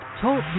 Talk